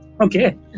Okay